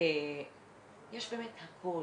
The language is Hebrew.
יש באמת הכל,